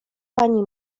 pani